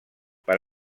per